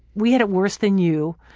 we had it worse than you,